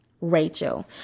Rachel